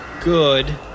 Good